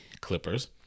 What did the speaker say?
Clippers